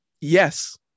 yes